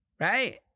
right